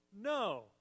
No